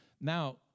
Now